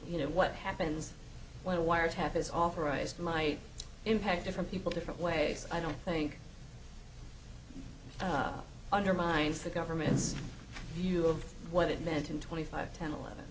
you know what happens when a wiretap is authorized my impact different people different ways i don't think undermines the government's view of what it meant in twenty five ten eleven